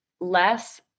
less